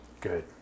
Good